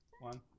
one